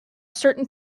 certain